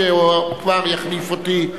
חוק ומשפט נתקבלה.